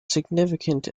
significant